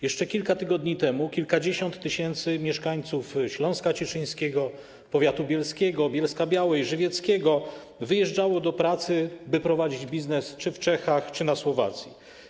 Jeszcze kilka tygodni temu kilkadziesiąt tysięcy mieszkańców Śląska Cieszyńskiego, powiatu bielskiego, żywieckiego, Bielska-Białej wyjeżdżało do pracy, by prowadzić biznes w Czechach czy na Słowacji.